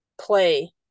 play